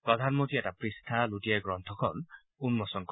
প্ৰধানমন্ত্ৰীয়ে এটা পৃষ্ঠা লুটিয়াই গ্ৰন্থখন উন্মোচন কৰিব